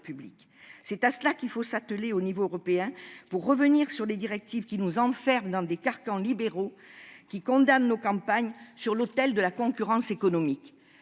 C'est à cela qu'il faut s'atteler à l'échelon européen, afin de revenir sur les directives qui nous enferment dans des carcans libéraux sacrifiant nos campagnes sur l'autel de la concurrence économique.